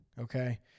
okay